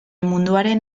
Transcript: munduaren